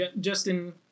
Justin